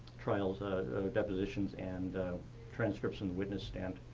trial depositions and transcripts and witness stand.